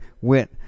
went